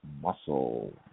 muscle